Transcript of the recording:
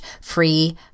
free